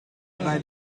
bij